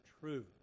truth